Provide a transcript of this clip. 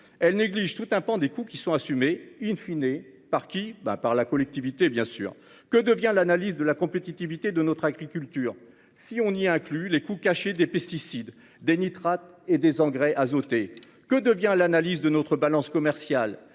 elle néglige tout un pan des coûts qui sont assumées in fine et par qui. Bah par la collectivité. Bien sûr que devient l'analyse de la compétitivité de notre agriculture. Si on y inclut les coûts cachés des pesticides, des nitrates et des engrais azotés, que devient l'analyse de notre balance commerciale.